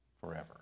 forever